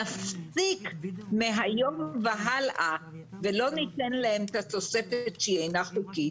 נפסיק מהיום והלאה ולא ניתן להם את התוספת שהיא אינה חוקית,